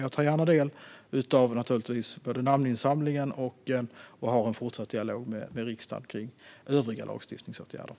Jag tar naturligtvis gärna del av namninsamlingen och har en fortsatt dialog med riksdagen kring övriga lagstiftningsåtgärder.